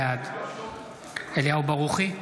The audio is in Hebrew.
בעד אליהו ברוכי,